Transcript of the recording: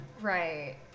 Right